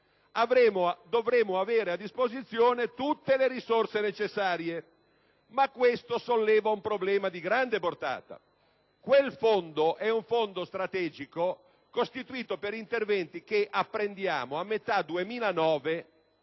dovremo avere a disposizione tutte le risorse necessarie. Ma questo solleva un problema di grande portata. Quel Fondo è un fondo strategico costituito per interventi le cui risorse - apprendiamo - a metà 2009